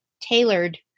tailored